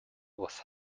was